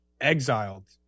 exiled